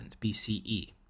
BCE